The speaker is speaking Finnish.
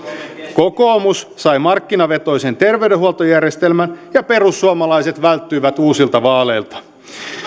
kokoomus sai markkinavetoisen terveydenhuoltojärjestelmän ja perussuomalaiset välttyivät uusilta vaaleilta